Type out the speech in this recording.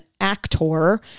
actor